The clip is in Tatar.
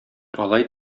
алай